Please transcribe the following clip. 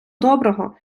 доброго